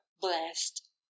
blessed